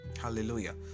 Hallelujah